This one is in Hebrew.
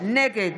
נגד